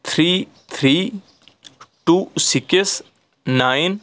three three two six nine